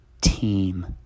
team